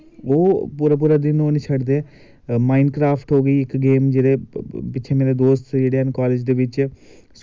ओह् पूरा पूरा दिन ओ नी छड्डदे माईंड क्राफ्ट हो गेई इक गेम जेह्दे पिच्छें मेरे दोस्त जेह्ड़े हैन कालेज़ दे बिच्च